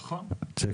נכון.